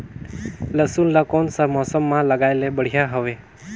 लसुन ला कोन सा मौसम मां लगाय ले बढ़िया हवे?